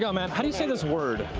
yeah um and how do you say this word?